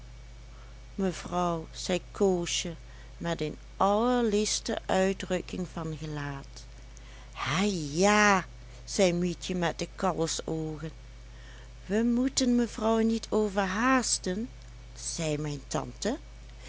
mevrouw zei koosje met een allerliefste uitdrukking van gelaat hè ja zei mietje met de kalfsoogen we moeten mevrouw niet overhaasten zei mijn tante